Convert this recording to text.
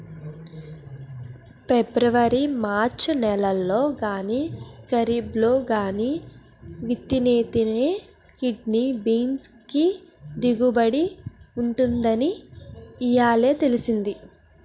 February March నెలల్లో గానీ, కరీబ్లో గానీ విత్తితేనే కిడ్నీ బీన్స్ కి దిగుబడి ఉంటుందని ఇయ్యాలే తెలిసింది